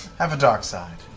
have a dark side.